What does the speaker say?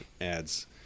ads